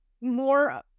more